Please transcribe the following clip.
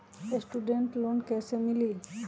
Student loan कैसे मिली?